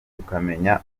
tukamenya